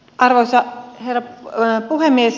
arvoisa herra puhemies